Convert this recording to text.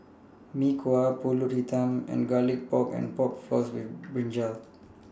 Mee Kuah Pulut Hitam and Garlic Pork and Pork Floss with Brinjal